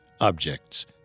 objects